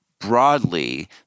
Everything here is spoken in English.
broadly